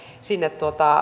sinne